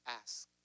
ask